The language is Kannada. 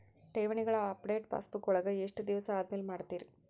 ಠೇವಣಿಗಳ ಅಪಡೆಟ ಪಾಸ್ಬುಕ್ ವಳಗ ಎಷ್ಟ ದಿವಸ ಆದಮೇಲೆ ಮಾಡ್ತಿರ್?